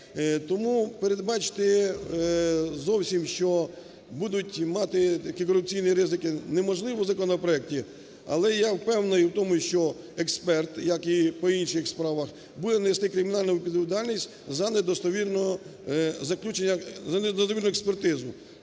Тому передбачити зовсім, що будуть мати корупційні ризики неможливо в законопроекті, але я впевнений в тому, що експерт, як і по інших справах буде нести кримінальну відповідальність за недостовірне